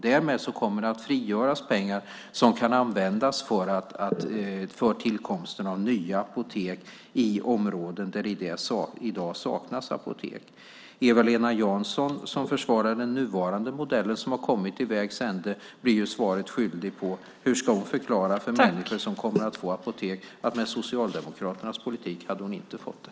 Därmed kommer det att frigöras pengar som kan användas för tillkomsten av nya apotek i områden där det i dag saknas apotek. Eva-Lena Jansson som försvarar den nuvarande modellen, som har kommit till vägs ände, blir svaret skyldig: Hur ska hon förklara för människor som kommer att få apotek att de med Socialdemokraternas politik inte skulle ha fått det?